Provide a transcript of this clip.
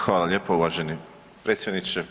Hvala lijepo uvaženi predsjedniče.